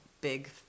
big